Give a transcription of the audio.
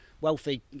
wealthy